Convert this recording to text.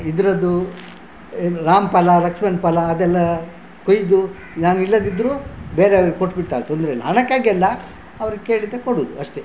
ಇದರದ್ದು ಏನು ರಾಮಫಲ ಲಕ್ಷ್ಮಣ್ ಫಲ ಅದೆಲ್ಲ ಕೊಯ್ದು ನಾನು ಇಲ್ಲದಿದ್ದರೂ ಬೇರೆಯವರಿಗೆ ಕೊಟ್ಟು ಬಿಡ್ತಾಳೆ ತೊಂದರೆಯಿಲ್ಲ ಹಣಕ್ಕಾಗಿ ಅಲ್ಲ ಅವ್ರು ಕೇಳಿದರೆ ಕೊಡುವುದು ಅಷ್ಟೇ